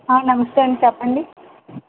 నమస్తే అండి చెప్పండి